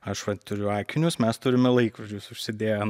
aš va turiu akinius mes turime laikrodžius užsidėję ant